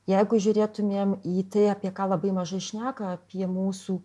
jeigu žiūrėtumėm į tai apie ką labai mažai šneka apie mūsų